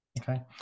Okay